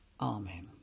Amen